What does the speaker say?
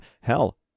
Hell